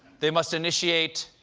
they must initiate.